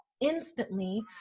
instantly